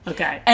Okay